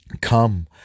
Come